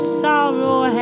sorrow